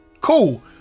Cool